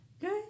Good